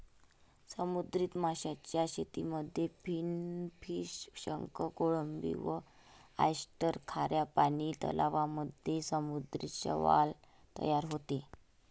समुद्री माशांच्या शेतीमध्ये फिनफिश, शंख, कोळंबी व ऑयस्टर, खाऱ्या पानी तलावांमध्ये समुद्री शैवाल तयार होते